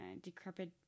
decrepit